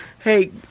Hey